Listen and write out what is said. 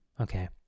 okay